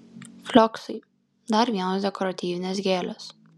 flioksai dar vienos dekoratyvinės gėlės